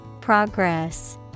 Progress